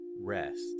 rest